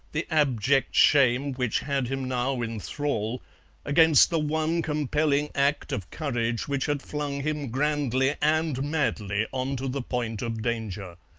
the abject shame which had him now in thrall against the one compelling act of courage which had flung him grandly and madly on to the point of danger.